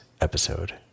episode